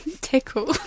tickle